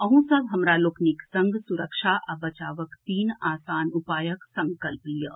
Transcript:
अहूँ सब हमरा लोकनिक संग सुरक्षा आ बचावक तीन आसान उपायक संकल्प लियऽ